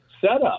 setup